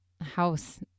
house